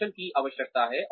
कौशल कि आवश्यकता है